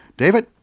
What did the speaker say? david,